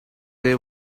they